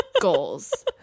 goals